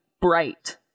bright